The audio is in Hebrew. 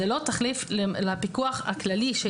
זה לא תחליף לפיקוח הכללי.